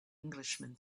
englishman